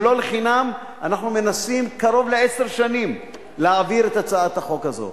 ולא לחינם אנחנו מנסים קרוב לעשר שנים להעביר את הצעת החוק הזאת.